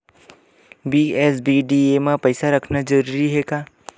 BSBDA मा पईसा रखना जरूरी हे का?